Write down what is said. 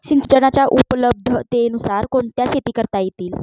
सिंचनाच्या उपलब्धतेनुसार कोणत्या शेती करता येतील?